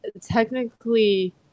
technically